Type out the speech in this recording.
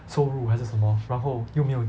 收入还是什么然后又没有